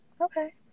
Okay